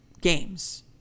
games